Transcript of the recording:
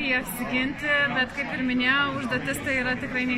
jas ginti bet kaip ir minėjau užduotis tai yra tikrai ne